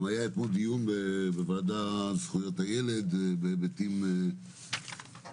גם היה אתמול דיון בוועדה לזכויות הילד בהיבטים שונים,